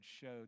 showed